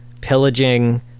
pillaging